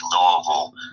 Louisville